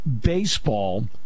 baseball